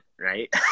right